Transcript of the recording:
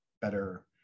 better